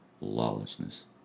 lawlessness